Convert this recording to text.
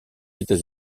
états